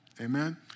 Amen